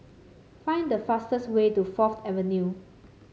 find the fastest way to Fourth Avenue